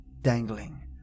dangling